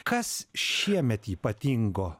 kas šiemet ypatingo